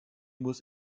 muss